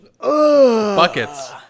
Buckets